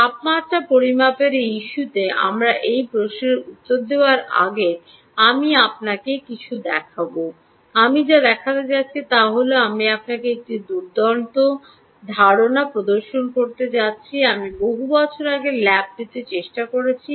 তাপমাত্রা পরিমাপের এই ইস্যুতে আমরা এই প্রশ্নের উত্তর দেওয়ার আগে আপনাকে কিছু দেখাব সময় উল্লেখ করুন ১৯১৮ আমি যা করতে যাচ্ছি তা হলআমি আপনাকে একটি দুর্দান্ত ধারণা প্রদর্শন করতে যাচ্ছি যা আমি বহু বছর আগে ল্যাবটিতে চেষ্টা করেছি